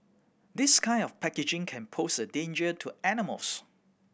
this kind of packaging can pose a danger to animals